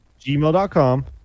gmail.com